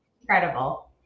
incredible